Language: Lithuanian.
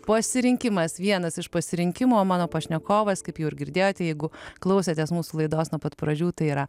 pasirinkimas vienas iš pasirinkimo mano pašnekovas kaip jūs girdėjote jeigu klausėtės mūsų laidos nuo pat pradžių tai yra